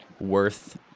worth